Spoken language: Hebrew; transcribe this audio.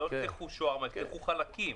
לא יחתכו שווארמה, יחתכו חלקים.